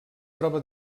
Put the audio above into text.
troba